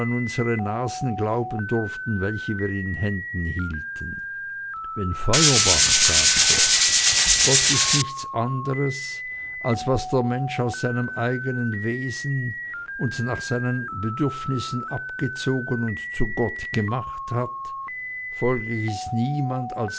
unsere nasen glauben durften welche wir in den händen hielten wenn feuerbach sagte gott ist nichts anderes als was der mensch aus seinem eigenen wesen und nach seinen bedürfnissen abgezogen und zu gott gemacht hat folglich ist niemand als